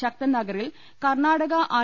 ശക്തൻനഗറിൽ Karnataka R